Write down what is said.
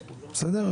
בסדר?